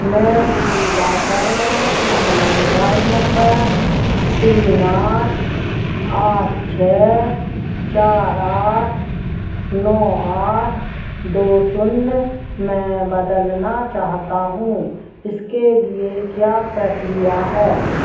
मैं डिजिलॉकर में अपना मोबाइल नम्बर तीन आठ आठ छः चार आठ नौ आठ दो शून्य में बदलना चाहता हूँ इसके लिए क्या प्रक्रिया है